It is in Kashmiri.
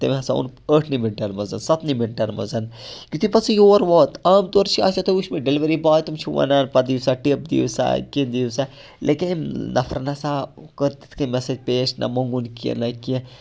تٔمۍ ہَسا اوٚن ٲٹھنٕے مِنٹَن منٛز سَتنٕے مِنٹَن منٛز یُتھُے پَتہٕ سُہ یور ووت عام طور چھِ آسوٕ تۄہہِ وٕچھمُت ڈِلؤری باے تِم چھِ وَنان پَتہٕ دِیِو سا ٹِپ دِیِو سا کینٛہہ دِیِو سا لیکِن أمۍ نفرَن نہ سا کٔر تِتھ کَنۍ مےٚ سۭتۍ پیش نہ موٚنٛگُن کینٛہہ نہ کینٛہہ